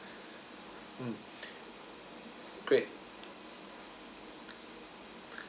mm great